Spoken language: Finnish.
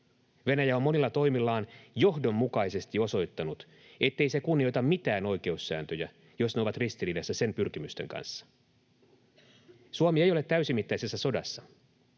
Venäjä on monilla toimillaan johdonmukaisesti osoittanut, ettei se kunnioita mitään oikeussääntöjä, jos ne ovat ristiriidassa sen pyrkimysten kanssa. Suomi ei ole täysimittaisessa sodassa.